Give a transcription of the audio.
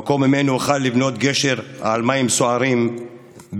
מקום שממנו אוכל לבנות גשר על מים סוערים בין